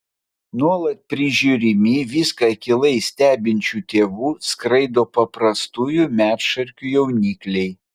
nuolat prižiūrimi viską akylai stebinčių tėvų skraido paprastųjų medšarkių jaunikliai